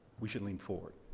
we should lean forward.